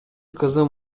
кызым